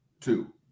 Two